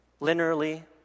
linearly